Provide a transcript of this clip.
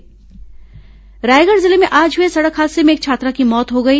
सिंह हादसा रायगढ़ जिले में आज हुए सड़क हादसे में एक छात्रा की मौत हो गई